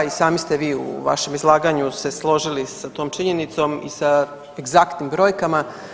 I sami ste u vašem izlaganju se složili sa tom činjenicom i egzaktnim brojkama.